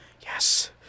yes